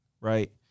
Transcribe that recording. right